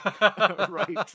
right